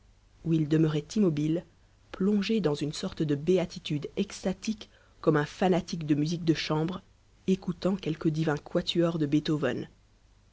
ou il demeurait immobile plongé dans une sorte de béatitude extatique comme un fanatique de musique de chambre écoutant quelque divin quatuor de beethoven